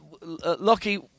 Lockie